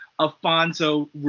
Alfonso